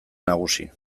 nagusi